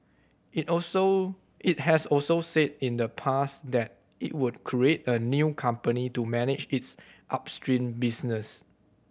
it also it has also said in the past that it would create a new company to manage its upstream business